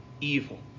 evil